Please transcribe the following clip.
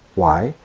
why?